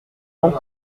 long